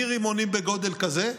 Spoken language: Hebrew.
מרימונים בגודל כזה במאות,